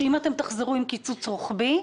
שאם תחזרו עם קיצוץ רוחבי,